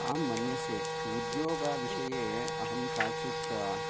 अहं मन्यसे उद्योगविषये अहं काचित्